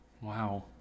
Wow